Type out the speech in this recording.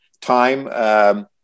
time